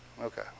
Okay